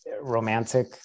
romantic